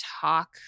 talk